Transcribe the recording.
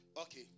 okay